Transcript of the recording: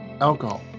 alcohol